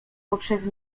poprzez